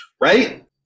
Right